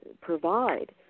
provide